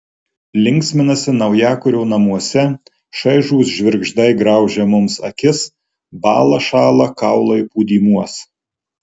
linksminasi naujakurio namuose šaižūs žvirgždai graužia mums akis bąla šąla kaulai pūdymuos